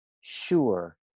sure